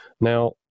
Now